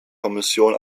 kommission